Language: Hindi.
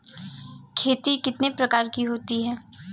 खेती कितने प्रकार की होती है?